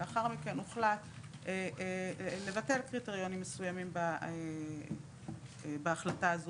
לאחר מכן הוחלט לבטל קריטריונים מסוימים בהחלטה הזו,